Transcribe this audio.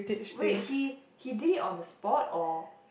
wait he he did it on the spot or